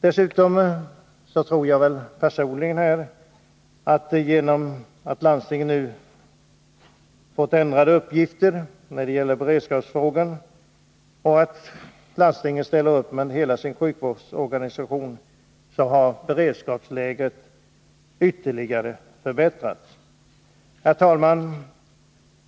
Dessutom tror jag personligen att genom att landstingen nu fått ändrade uppgifter när det gäller beredskapsfrågan och ställer upp med hela sin sjukvårdsorganisation, så har beredskapsläget ytterligare förbättrats.